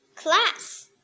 Class